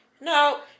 No